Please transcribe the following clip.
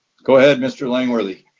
go ahead mr. langworthy.